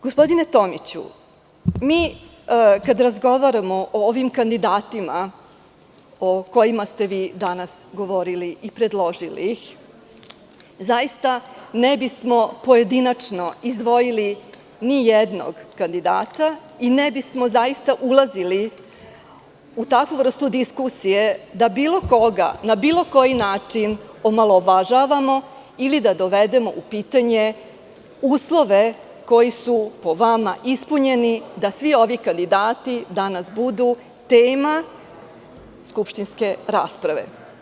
Gospodine Tomiću, kada razgovaramo o ovim kandidatima o kojima ste vi danas govorili i predložili ih, zaista ne bismo pojedinačno izdvojili nijednog kandidata i ne bismo zaista ulazili u takvu vrstu diskusije da bilo koga na bilo koji način omalovažavamo ili da dovedemo u pitanje uslove koji su po vama ispunjeni da svi ovi kandidati danas budu tema skupštinske rasprave.